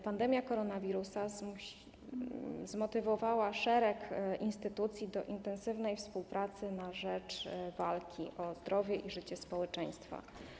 Pandemia koronawirusa zmotywowała szereg instytucji do intensywnej współpracy na rzecz walki o zdrowie i życie społeczeństwa.